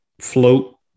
Float